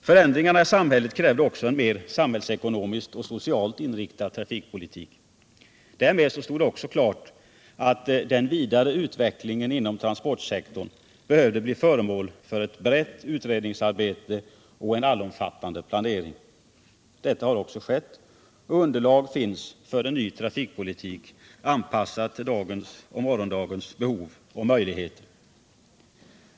Förändringarna i samhället krävde också en mer samhällsekonomiskt och socialt inriktad trafikpolitik. Därmed stod det också klart att den vidare utvecklingen inom transportsektorn behövde bli föremål för ett brett utredningsarbete och en allomfattande planering. Detta har också skett, och underlag finns för en ny trafikpolitik anpassad till dagens och morgondagens behov och möjligheter.